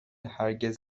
هرگز